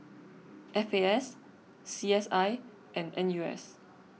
F A S C S I and N U S